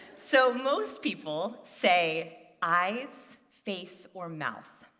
so most people say eyes, face or mouth.